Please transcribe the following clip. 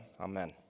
Amen